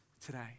today